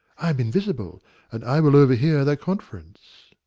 i am invisible and i will overhear their conference.